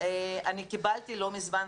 אני קיבלתי לא מזמן,